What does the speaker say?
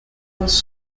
was